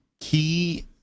Key